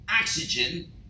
oxygen